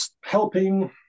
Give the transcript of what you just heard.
helping